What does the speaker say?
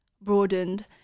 broadened